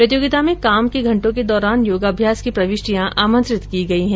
प्रतियोगिता में काम के घंटों के दौरान योगाम्यास की प्रविष्टियां आमंत्रित की गयी हैं